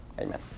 Amen